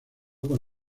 con